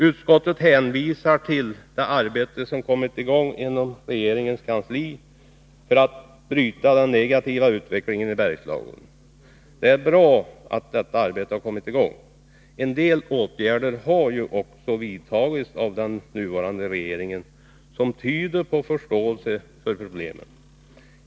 Utskottet hänvisar till det arbete som kommit i gång inom regeringens kansli för att bryta den negativa utvecklingen i Bergslagen. Det är bra att detta arbete har kommit i gång. En del åtgärder har ju också vidtagits av den nuvarande regeringen, och det tyder på förståelse för problemen.